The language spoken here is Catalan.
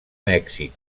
mèxic